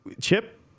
Chip